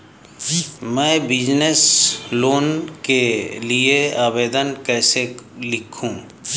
मैं business loan के लिए आवेदन कैसे लिखूँ?